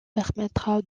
permettra